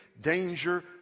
danger